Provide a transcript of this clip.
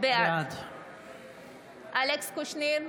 בעד אלכס קושניר,